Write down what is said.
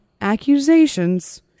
accusations